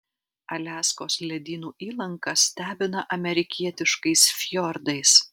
aliaskos ledynų įlanka stebina amerikietiškais fjordais